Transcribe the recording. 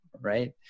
Right